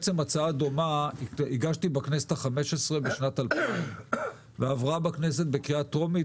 הגשתי הצעה דומה בכנסת ה-15 בשנת 2000 והיא עברה בכנסת בקריאה טרומית